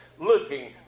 looking